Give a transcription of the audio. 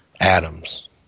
atoms